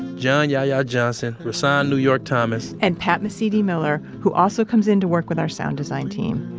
john yahya johnson, rahsaan new york thomas, and pat mesiti-miller, who also comes in to work with our sound design team.